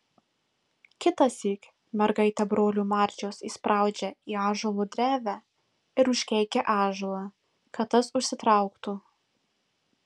kitąsyk mergaitę brolių marčios įspraudžia į ąžuolo drevę ir užkeikia ąžuolą kad tas užsitrauktų